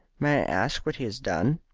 may i ask what he has done?